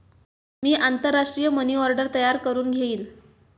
मी आंतरराष्ट्रीय money order तयार करुन घेईन